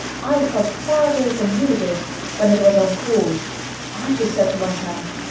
i felt prouder than you did when it was encored. i just said to myself,